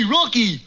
Rocky